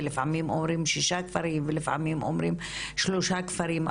לפעמים אומרים שישה כפרים ולפעמים אומרים שלושה כפרים,